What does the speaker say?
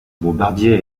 bombardier